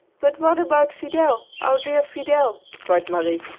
but what about fidel, our dear fidel? cried marie.